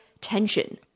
tension